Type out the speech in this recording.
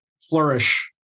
flourish